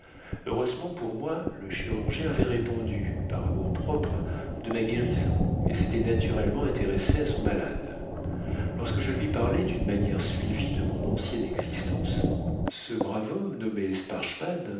heureusement pour moi le chirurgien avait répondu par amour-propre de ma guérison et s'était naturellement intéressé à son malade lorsque je lui parlai d'une manière suivie de mon ancienne existence ce brave homme nommé sparchmann